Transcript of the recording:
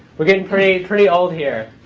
we're getting pretty pretty old here.